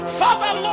father